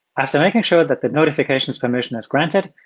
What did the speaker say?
after making sure that the notifications permission is granted,